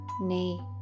Nay